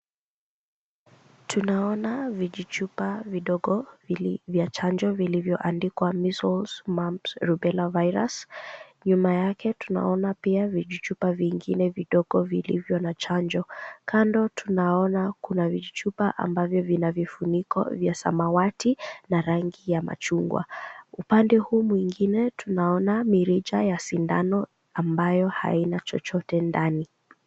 Tunaona vijichupa vidogo vya chanjo vilivyoandikwa measles, mumps, rubella virus nyuma yake. Tunaona pia vijichupa vingine vidogo vilivyo na chanjo. Kando tunaona kuna vijichupa ambavyo vina vifuniko vya samawati na rangi ya machungwa. Upande huu mwingine tunaona mirija ya sindano ambayo haina chochote ndani.